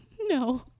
no